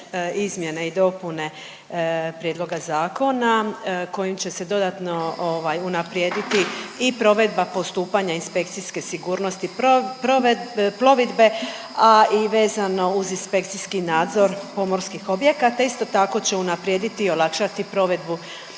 izmjene i dopune prijedloga zakona kojim će se dodatno unaprijediti i provedba postupanja inspekcijske sigurnosti plovidbe, a i vezano uz inspekcijski nadzor pomorskih objekata. Isto tako će unaprijediti i olakšati provedbu